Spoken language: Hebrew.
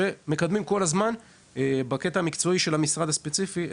שמקדמים כל הזמן את השירות בקטע המקצועי של אותו משרד ספציפי.